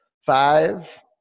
five